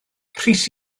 rhys